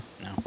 No